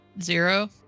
Zero